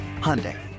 Hyundai